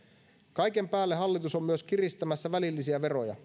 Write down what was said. kaiken päälle hallitus on myös kiristämässä välillisiä veroja